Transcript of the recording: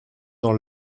dans